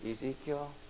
Ezekiel